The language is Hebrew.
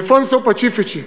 אלפונסו פצ'יפיצ'י,